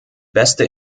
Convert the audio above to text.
beste